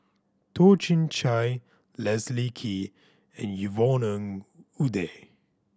Toh Chin Chye Leslie Kee and Yvonne Ng Uhde